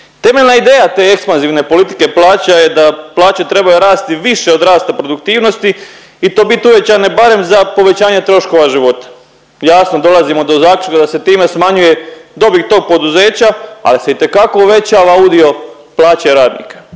Temeljna ideja te ekspanzivne politike plaća je da plaće trebaju rasti više od rasta produktivnosti i to bit uvećane barem za povećanje troškova života. Jasno dolazimo do zaključka da se time smanjuje dobit tog poduzeća, ali se itekako uvećava udio plaće radnika.